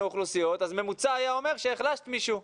האוכלוסיות אז הממוצע היה אומר שהחלשת מישהו,